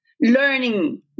learning